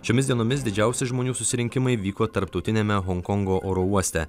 šiomis dienomis didžiausi žmonių susirinkimai vyko tarptautiniame honkongo oro uoste